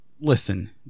listen